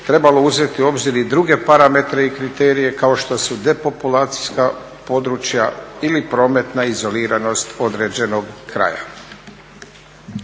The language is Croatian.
trebalo uzeti u obzir i druge parametre i kriterije kao što su depopulacijska područja ili prometna izoliranost određenog kraja.